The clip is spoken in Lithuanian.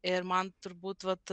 ir man turbūt vat